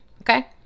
Okay